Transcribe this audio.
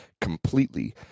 completely